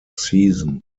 season